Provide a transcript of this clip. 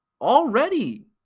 already